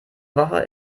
woche